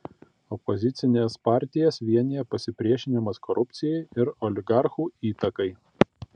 opozicines partijas vienija pasipriešinimas korupcijai ir oligarchų įtakai